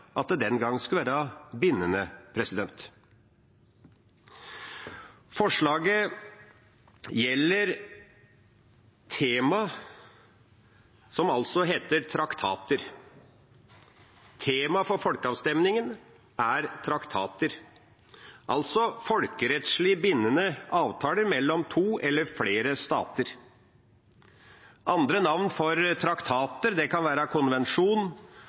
at det den gang skulle være bindende. Forslaget gjelder traktater. Tema for folkeavstemningen er traktater, altså folkerettslig bindende avtaler mellom to eller flere stater. Andre navn for traktat kan være konvensjon,